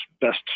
best